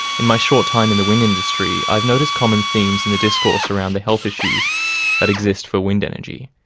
in my short time in the wind industry, i've noticed common themes in the discourse around the health issues that exist for wind energy.